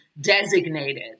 designated